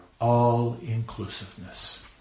all-inclusiveness